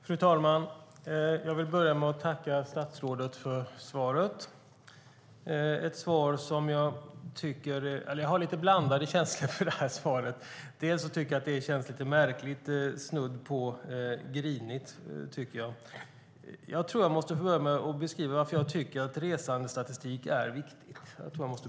Fru talman! Jag vill börja med att tacka statsrådet för svaret. Jag har lite blandade känslor inför svaret. Det känns lite märkligt, snudd på grinigt. Jag tror att jag måste börja i den änden att beskriva varför jag tycker att resandestatistik är viktigt.